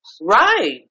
Right